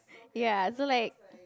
ya so like